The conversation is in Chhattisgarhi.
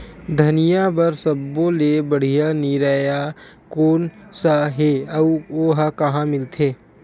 धनिया बर सब्बो ले बढ़िया निरैया कोन सा हे आऊ ओहा कहां मिलथे?